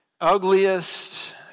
ugliest